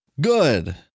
Good